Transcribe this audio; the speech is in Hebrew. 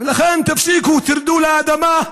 ולכן, תפסיקו, תרדו לאדמה,